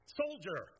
soldier